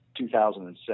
2007